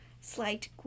slight